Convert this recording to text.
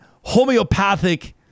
homeopathic